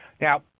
Now